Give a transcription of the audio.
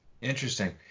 Interesting